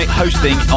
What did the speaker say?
hosting